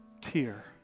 tear